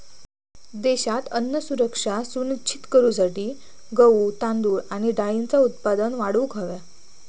देशात अन्न सुरक्षा सुनिश्चित करूसाठी गहू, तांदूळ आणि डाळींचा उत्पादन वाढवूक हव्या